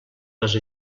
les